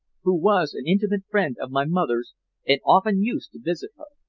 who was an intimate friend of my mother's and often used to visit her.